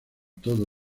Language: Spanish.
todo